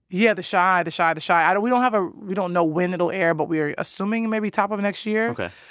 yeah, the chi, the chi, the chi. ah we don't have a we don't know when it'll air, but we're assuming maybe top of next year ok.